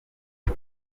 ltd